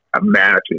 imagine